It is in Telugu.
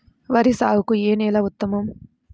వరి సాగుకు ఏ నేల ఉత్తమం?